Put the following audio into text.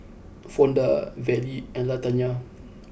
Fonda Vallie and Latanya